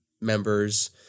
members